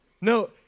No